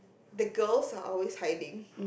the girls are always hiding